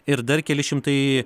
ir dar keli šimtai